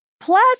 Plus